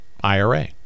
IRA